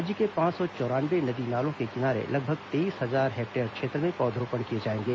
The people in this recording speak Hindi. राज्य के पांच सौ चौरानवे नदी नालों के किनारे लगभग तेईस हजार हेक्टेयर क्षेत्र में पौध रोपण किए जाएंगे